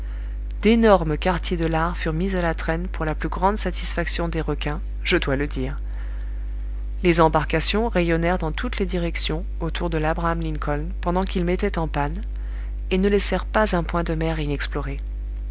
d'énormes quartiers de lard furent mis à la traîne pour la plus grande satisfaction des requins je dois le dire les embarcations rayonnèrent dans toutes les directions autour de labraham lincoln pendant qu'il mettait en panne et ne laissèrent pas un point de mer inexploré